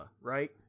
right